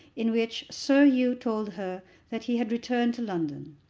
in which sir hugh told her that he had returned to london.